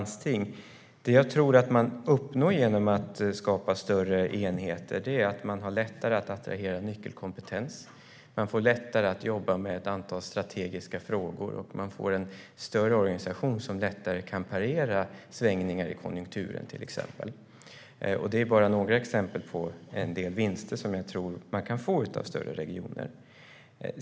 Det som jag tror att man uppnår genom att skapa större enheter är att man har lättare att attrahera nyckelkompetens, man får lättare att jobba med ett antal strategiska frågor och man får en större organisation som lättare kan parera till exempel svängningar i konjunkturen. Det är bara några exempel på vinster som jag tror att man kan få med större regioner.